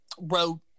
wrote